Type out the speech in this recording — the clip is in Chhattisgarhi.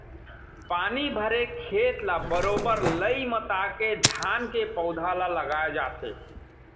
पानी भरे खेत ल बरोबर लई मता के धान के पउधा ल लगाय जाथे